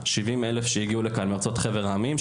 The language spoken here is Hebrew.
70,000 עולים שהגיעו לכאן מארצות חבר העמים,